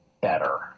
better